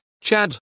Chad